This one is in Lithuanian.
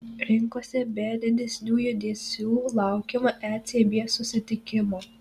rinkose be didesnių judesių laukiama ecb susitikimo